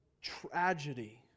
tragedy